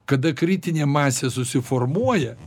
kada kritinė masė susiformuoja